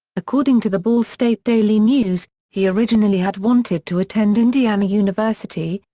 according to the ball state daily news, he originally had wanted to attend indiana university,